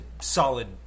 solid